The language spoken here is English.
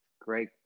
great